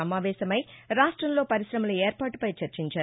సమావేశమై రాష్ట్రంలో పర్కిశమల ఏర్పాటు పై చర్చించారు